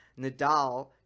Nadal